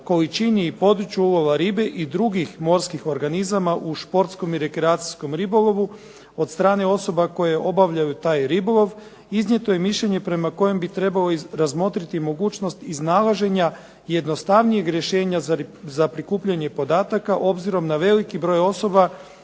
količini i području ulova ribe i drugih morskih organizama u športskom i rekreacijskom ribolovu od strane osoba koje obavljaju taj ribolov, iznijeto je mišljenje prema kojem bi trebalo razmotriti mogućnost iznalaženja jednostavnijeg rješenja za prikupljanje podataka obzirom na veliki broj osoba